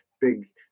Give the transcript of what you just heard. big